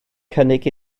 cynnig